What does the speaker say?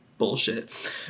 bullshit